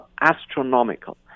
astronomical